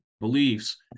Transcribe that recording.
beliefs